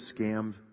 scammed